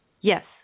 Yes